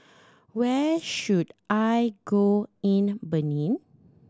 where should I go in Benin